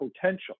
potential